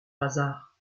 hasard